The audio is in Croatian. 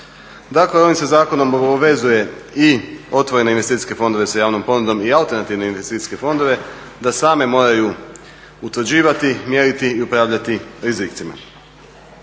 Dakle, ovim se zakonom obavezuje i otvorene investicijske fondove sa javnom ponudom i alternative investicijske fondove da same moraju utvrđivati, mjeriti i upravljati rizicima.